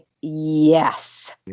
yes